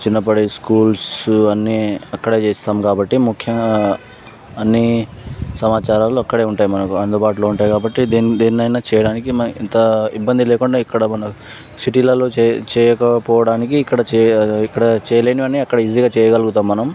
చిన్నప్పటి స్కూల్స్ అన్ని అక్కడే చేస్తాం కాబట్టి ముఖ్యంగా అన్ని సమాచారాలు అక్కడే ఉంటాయి మనకు అందుబాటులో ఉంటాయి కాబట్టి దీన్ని దేన్నైనా చేయడానికి మనకి ఇంత ఇబ్బంది లేకుండా ఇక్కడ మన సిటీలలో చేయ చేయకపోవడానికి ఇక్కడ చేయ ఇక్కడ చేయలేనివి అన్నీ అక్కడ ఈజీగా చేయగలుగుతాం మనం